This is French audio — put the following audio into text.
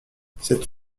cette